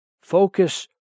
Focus